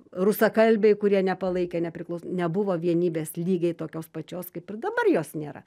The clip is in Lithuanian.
rusakalbiai kurie nepalaikė nepriklaus nebuvo vienybės lygiai tokios pačios kaip ir dabar jos nėra